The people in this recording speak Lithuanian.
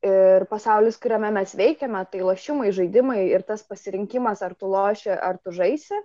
ir pasaulis kuriame mes veikiame tai lošimai žaidimai ir tas pasirinkimas ar tu loši ar tu žaisi